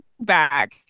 back